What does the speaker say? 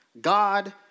God